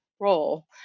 role